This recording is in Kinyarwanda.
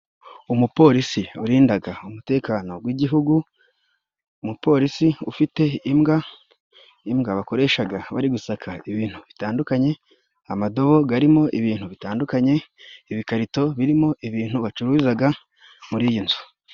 Umupolisi urindaga umutekano gw'igihugu, umupolisi ufite imbwa, imbwa bakoreshaga bari gusaka ibintu bitandukanye, amadobo garimo ibintu bitandukanye, ibikarito birimo ibintu bacururizaga muri iyi nzu.